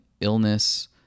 illness